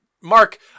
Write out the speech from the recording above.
Mark